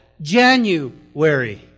January